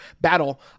battle